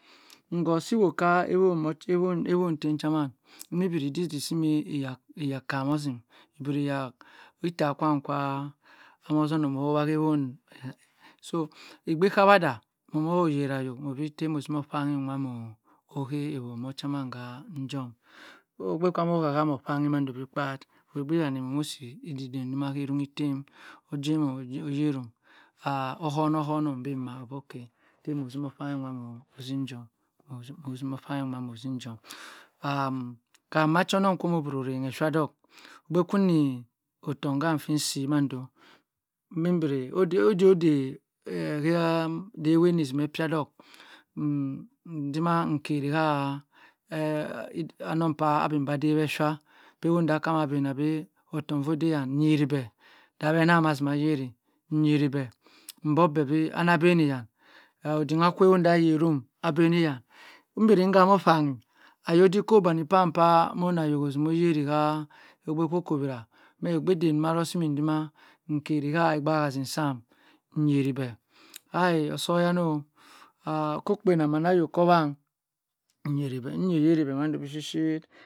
Ngor si wo ka ewon tem chaman imbiri simi dik iyak iyakamazim obiri ya itta kwam ka omoh zoni moh wanghewon so igbi kawada momoh rahayo mobi taa moh zino okpanyi ma moh ha owon chamam ga njom, ogbe amoh hahami okpanyi mand bi kpa ogbe danny mo-mo si idik dhem oruniktem ojemum oyerum ah ohonohono mbi mah okey tay mo zino okpanyi wa mo zinjom kam macha onong ko mo raynocha duk ogbe kuni otok gam kusi mando mbiri oday odey hia dey woh ezi me pic dok mdima nkanh ha anang a memba dewesha gbewoh acama bhena bi otoh moh dey yan nyari beh ham azima yani, nyari beh omgbo beh bi ana baniyan odik kowundah ayerum aberiyan mbirighama okpanyi ayodikop banny pham pamo ayo osimoh yari ah ogbe okowira maa gbedam ru mizima nkari rah igbahazim sham nyari beh ayi osoyano okpena ma ma ayo ko wang nyanibhe nyari beh mandoh bi shi